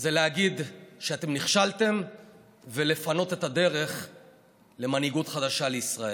להגיד שאתם נכשלתם ולפנות את הדרך למנהיגות חדשה לישראל.